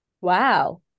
Wow